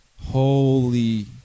Holy